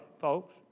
folks